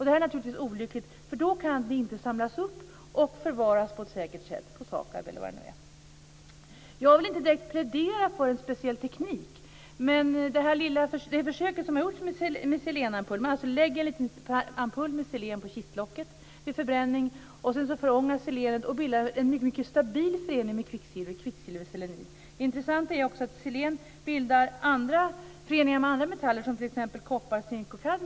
Det vore naturligtvis olyckligt, för då kan det inte samlas upp och förvaras på ett säkert sätt hos SAKAB eller var det nu kan vara. Jag vill inte direkt plädera för en speciell teknik. Men de försök som har gjorts med selenampuller, där man lägger en liten ampull med selen på kistlocket vid förbränningen, visar att selenet sedan förångas och bildar en mycket stabil förening med kvicksilvret - kvicksilverselenid. Det intressanta är också att selen bildar andra föreningar med andra metaller, t.ex. koppar, zink och kadmium.